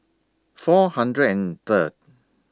four hundred and Third